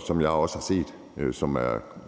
som jeg også har set, der er